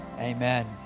Amen